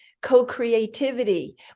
co-creativity